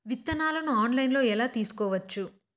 విత్తనాలను ఆన్లైన్లో ఎలా తీసుకోవచ్చు